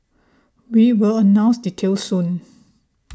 we will announce details soon